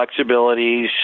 flexibilities